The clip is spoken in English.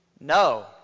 No